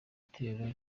gitero